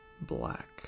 Black